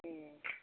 ए